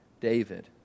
David